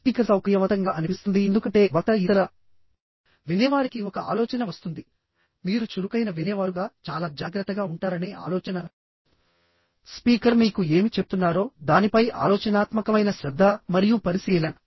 speaker సౌకర్యవంతంగా అనిపిస్తుంది ఎందుకంటే వక్త ఇతర వినేవారికి ఒక ఆలోచన వస్తుంది మీరు చురుకైన వినేవారుగా చాలా జాగ్రత్తగా ఉంటారనే ఆలోచన స్పీకర్ మీకు ఏమి చెప్తున్నారో దానిపై ఆలోచనాత్మకమైన శ్రద్ధ మరియు పరిశీలన